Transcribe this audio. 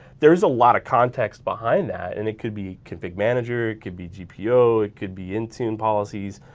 there's a lot of context behind that and it could be config manager, it could be gpo, it could be intune policies,